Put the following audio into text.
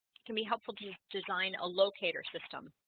can be helpful to design a locator system